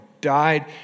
died